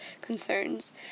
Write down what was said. concerns